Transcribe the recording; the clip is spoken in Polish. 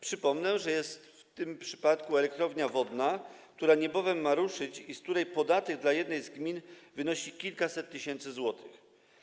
Przypomnę, że takim przypadkiem jest elektrownia wodna, która niebawem ma ruszyć i z której podatek dla jednej z gmin wynosi kilkaset tysięcy złotych.